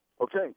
Okay